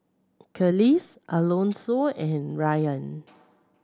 Kelis Alonso and Rayan